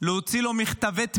להוציא לו מכתבי תמיכה,